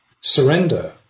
surrender